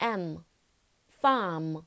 m，farm，